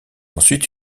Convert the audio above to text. ensuite